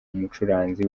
umucuranzi